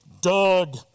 Doug